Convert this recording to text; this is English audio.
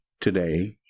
today